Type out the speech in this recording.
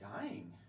dying